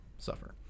suffer